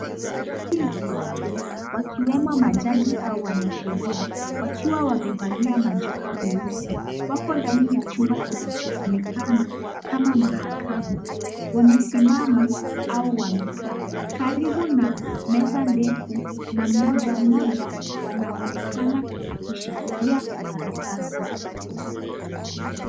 Kundi la watu wakiwemo majaji au wanasheria, wakiwa wamevalia majoho meusi. Wako ndani ya chumba kinachoonekana kama mahakama. Wamesimama au wamekaa. Karibu na meza ndefu na mmoja mmoja wanaonekana akishikilia karatasi.